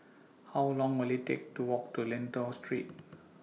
How Long Will IT Take to Walk to Lentor Street